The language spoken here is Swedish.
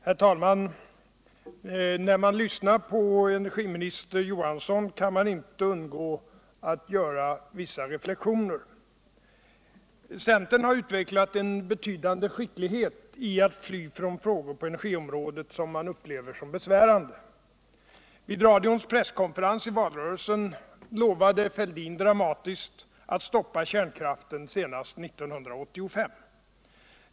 Herr talman! När man lyssnar på energiminister Johansson kan man inte undgå att göra vissa reflexioner. Centern har utvecklat en betydande skicklighet i att fly från frågor på energiområdet som man upplever som besvärande. Vid radions presskonferens i valrörelsen lovade Thorbjörn Fälldin dramatiskt att stoppa kärnkraften senast 1985.